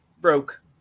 broke